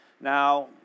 Now